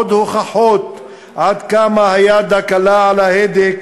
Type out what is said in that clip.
עוד הוכחות עד כמה היד הקלה על ההדק